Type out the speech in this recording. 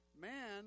Man